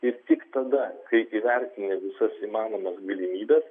ir tik tada kai įvertinę visas įmanomas galimybes